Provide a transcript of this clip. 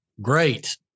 Great